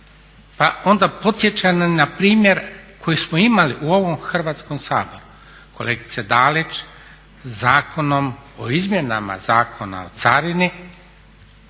Pa onda podsjećam na primjer koji smo imali u ovom Hrvatskom saboru kolegice Dalić, Zakonom o izmjenama Zakona o carini,